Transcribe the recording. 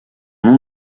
nom